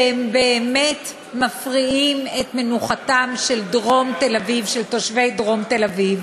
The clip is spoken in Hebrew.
שהם באמת מפריעים את מנוחתם של תושבי דרום תל-אביב,